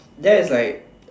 that is like